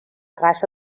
raça